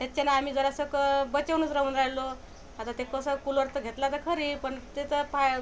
त्याचाने आम्ही जरासंक बचावूनच राहून राहिलो आता ते कसं कुलर तर घेतला तर खरी पण त्याचा फाय